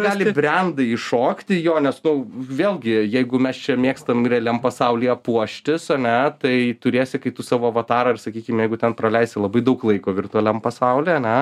gali brendai įšokti jo nes tau vėlgi jeigu mes čia mėgstam realiam pasaulyje puoštis ane tai turėsi kai tu savo avatarą ir sakykim jeigu ten praleisi labai daug laiko virtualiam pasauly ane